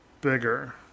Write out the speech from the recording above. bigger